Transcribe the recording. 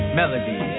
melody